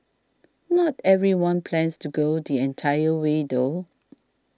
not everyone plans to go the entire way though